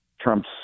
Trump's